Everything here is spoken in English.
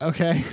Okay